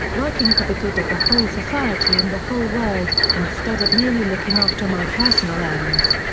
working for the good of the whole society and the whole world, instead of merely looking after my personal ends.